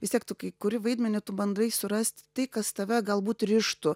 vis tiek tu kai kuri vaidmenį tu bandai surasti tai kas tave galbūt rištų